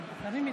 לא.